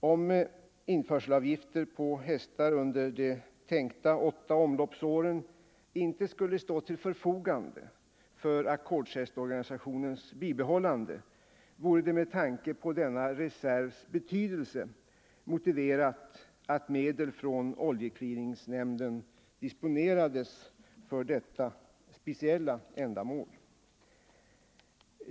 Om införselavgifter på hästar under de tänkta åtta omloppsåren inte skulle stå till förfogande för ackordshästorganisationens bibehållande, vore det med tanke på denna reservs betydelse motiverat att medel från oljeclearingnämnden disponerades för detta speciella ändamål.